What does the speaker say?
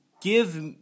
give